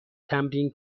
تمرین